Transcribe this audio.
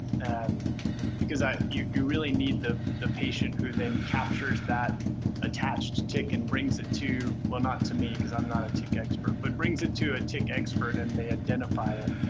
and because you really need the the patient who then captures that attached tick and brings it to, well, not to me because i'm not a tick expert, but brings it to a tick expert and may identify it.